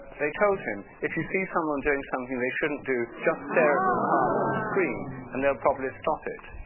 they told him, if you see someone doing something they shouldn't do, just stare at them hard on the screen and they'll probably stop it.